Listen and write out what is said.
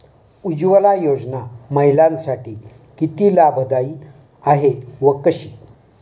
उज्ज्वला योजना महिलांसाठी किती लाभदायी आहे व कशी?